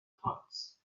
pont